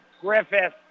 Griffith